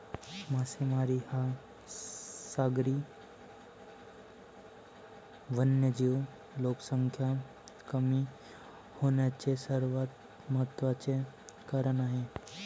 मासेमारी हा सागरी वन्यजीव लोकसंख्या कमी होण्याचे सर्वात महत्त्वाचे कारण आहे